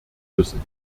müssen